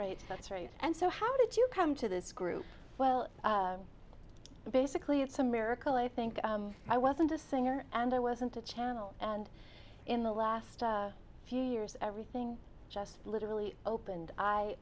right and so how did you come to this group well basically it's a miracle i think i wasn't a singer and i wasn't a channel and in the last few years everything just literally opened i